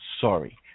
Sorry